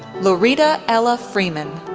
lorita ella freeman,